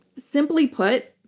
simply put,